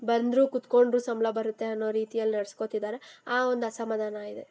ಬಂದರೂ ಕುತ್ಕೊಂಡರೂ ಸಂಬಳ ಬರುತ್ತೆ ಅನ್ನೋ ರೀತಿಯಲ್ಲಿ ನಡ್ಸ್ಕೊತಿದ್ದಾರೆ ಆ ಒಂದು ಅಸಮಾಧಾನ ಇದೆ